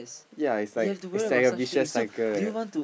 ya it's like it's like a vicious cycle right